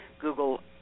Google